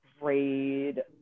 grade